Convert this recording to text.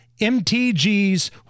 MTG's